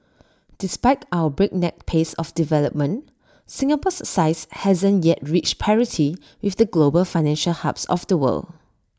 despite our breakneck pace of development Singapore's size hasn't yet reached parity with the global financial hubs of the world